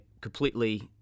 completely